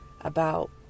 about